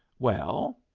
well?